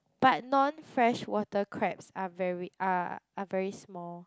but non fresh water crabs are very are are very small